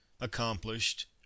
accomplished